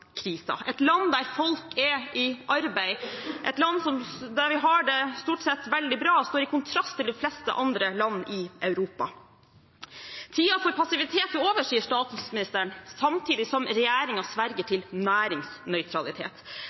et land der folk er i arbeid, et land der vi har det stort sett veldig bra og står i kontrast til de fleste andre land i Europa. Tiden for passivitet er over, sier statsministeren, samtidig som regjeringen sverger til næringsnøytralitet,